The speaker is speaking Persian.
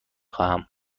خواهم